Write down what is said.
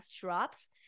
drops